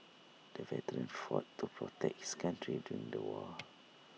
the veteran fought to protect his country during the war